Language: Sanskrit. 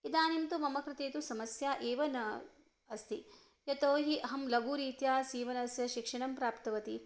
इदानीं तु मम कृते तु समस्या एव न अस्ति यतोहि अहं लघुरीत्या सीवनस्य शिक्षणं प्राप्तवती